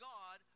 God